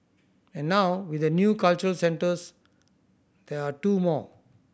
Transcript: and now with the new cultural centres there are two more